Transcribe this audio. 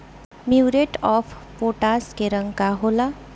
Muriate of potash के रंग का होला?